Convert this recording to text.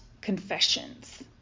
confessions